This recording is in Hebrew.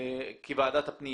כוועדת פנים,